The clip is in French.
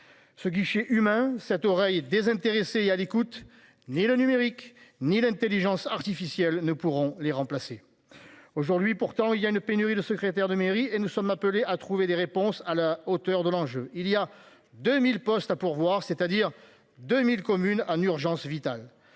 Ce guichet humain cette oreille désintéressé il y à l'écoute, ni le numérique, ni l'Intelligence artificielle ne pourront les remplacer. Aujourd'hui pourtant, il y a une pénurie de secrétaire de mairie et nous sommes appelés à trouver des réponses à la hauteur de l'enjeu. Il y a 2000 postes à pourvoir, c'est-à-dire 2000 communes en urgence vitale,